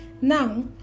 Now